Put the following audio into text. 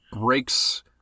breaks